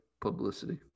publicity